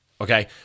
Okay